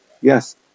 Yes